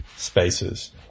spaces